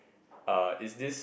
uh is this